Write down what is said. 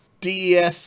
DES